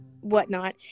whatnot